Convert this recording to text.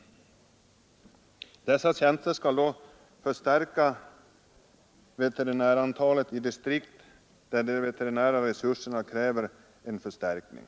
Dessa tjänster skall då förstärka veterinärantalet i distrikt där de veterinära resurserna kräver en förstärkning.